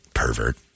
pervert